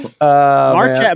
March